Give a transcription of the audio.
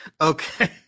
Okay